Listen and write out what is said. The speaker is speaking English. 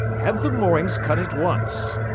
have the moorings cut at once.